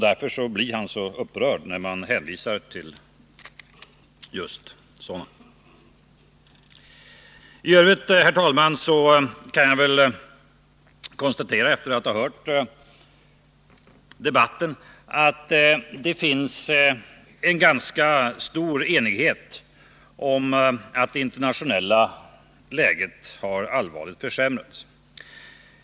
Därför blir han så upprörd när man hänvisar till just sådana värden. I övrigt, herr talman, kan jag efter att ha hört debatten konstatera att det finns en ganska stor enighet om att det internationella läget allvarligt har försämrats.